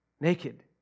naked